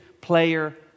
player